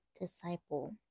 disciple